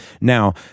Now